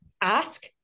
ask